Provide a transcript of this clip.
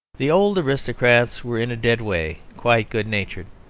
the old aristocrats were in a dead way quite good-natured.